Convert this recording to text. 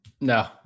No